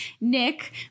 Nick